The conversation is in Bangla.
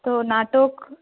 তো নাটক